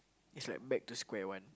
it's like back to square one